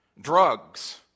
drugs